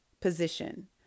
position